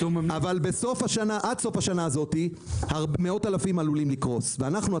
אבל עד סוף השנה הזאת מאות אלפים עלולים לקרוס ואנחנו,